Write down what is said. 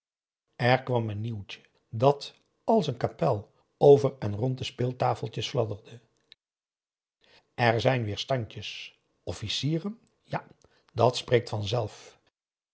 er kwam een nieuwtje dat als een kapel over en rond de speeltafeltjes fladderde er zijn weêr standjes officieren ja dat spreekt vanzelf